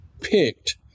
picked